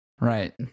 Right